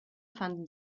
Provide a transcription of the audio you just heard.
fanden